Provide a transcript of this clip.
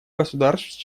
государств